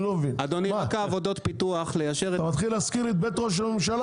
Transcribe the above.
אתה מתחיל להזכיר לי את בית ראש הממשלה,